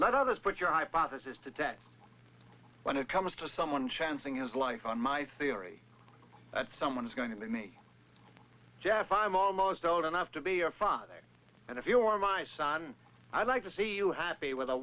let others put your hypothesis to death when it comes to someone chancing his life on my theory that someone is going to be me jeff i'm almost old enough to be a father and if you are my son i'd like to see you happy with a